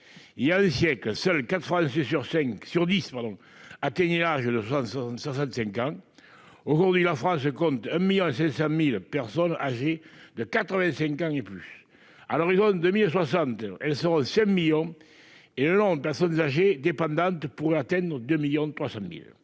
Il y a un siècle, seuls quatre Français sur dix atteignaient l'âge de 65 ans. Aujourd'hui, la France compte 1,5 million de personnes âgées de 85 ans et plus. À l'horizon de 2060, elles seront 5 millions et le nombre de personnes âgées dépendantes pourrait atteindre 2,3 millions.